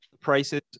prices